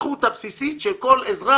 הזכות הבסיסית של כל אזרח,